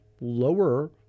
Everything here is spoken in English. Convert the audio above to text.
lower